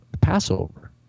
Passover